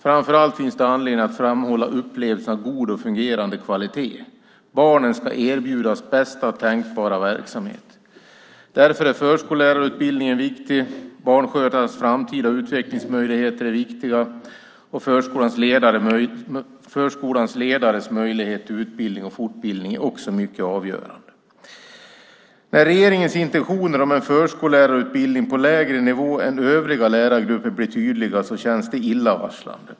Framför allt finns det anledning att framhålla upplevelsen av god och fungerande kvalitet. Barnen ska erbjudas bästa tänkbara verksamhet. Därför är förskollärarutbildningen viktig, Barnskötarnas framtida utvecklingsmöjligheter är viktiga, och förskolans ledares möjlighet till utbildning och fortbildning är också mycket avgörande. När regeringens intentioner om en förskollärarutbildning på lägre nivå än övriga lärargrupper blir tydliga känns det illavarslande.